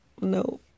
No